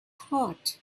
heart